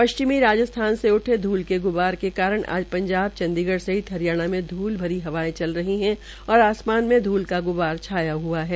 पश्चिमी राज्स्थान से उठे धूल के ग्बार के कारण आज पंजाब चंडीगढ़ सहित हरियाणा में धूल भरी हवायें चल रही है और आसमान मे धूल का ग्बार छाया हुआ है